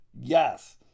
Yes